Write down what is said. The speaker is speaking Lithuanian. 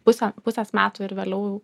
pusę pusės metų ir vėliau